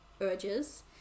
urges